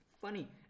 funny